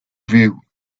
view